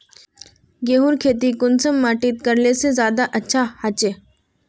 गेहूँर खेती कुंसम माटित करले से ज्यादा अच्छा हाचे?